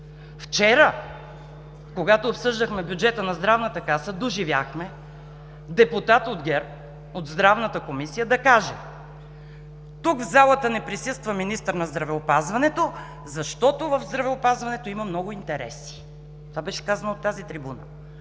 Вчера, когато обсъждахме бюджета на Здравната каса, доживяхме депутат от ГЕРБ от Здравната комисия да каже: „Тук, в залата, не присъства министър на здравеопазването, защото в здравеопазването има много интереси“. Това беше казано от тази трибуна.